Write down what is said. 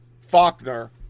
Faulkner